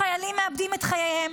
חיילים מאבדים את חייהם,